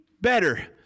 better